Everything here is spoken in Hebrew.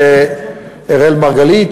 אראל מרגלית,